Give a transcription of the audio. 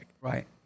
Right